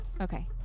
Okay